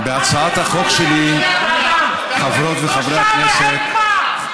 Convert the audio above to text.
בהצעת החוק שלי, חברות וחברי הכנסת, בושה וחרפה.